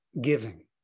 giving